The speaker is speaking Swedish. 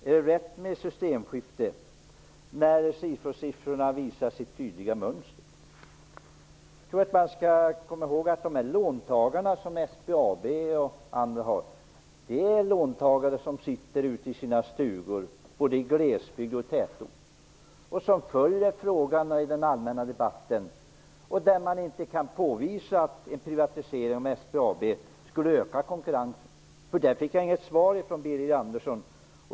Är det rätt med ett systemskifte, när SIFO-siffrorna visar ett tydligt mönster? Jag tror att man skall komma ihåg att de låntagare som SBAB och andra har sitter ute i sina stugor, både i glesbygd och i tätort. De följer frågan i den allmänna debatten. Man kan inte påvisa att en privatisering av SBAB skulle öka konkurrensen. Jag fick inget svar från Birger Andersson.